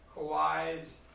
Kawhi's